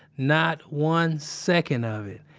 not one second of it.